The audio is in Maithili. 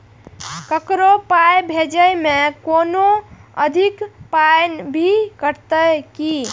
ककरो पाय भेजै मे कोनो अधिक पाय भी कटतै की?